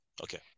Okay